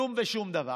כלום ושום דבר.